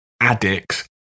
addicts